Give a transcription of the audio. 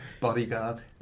bodyguard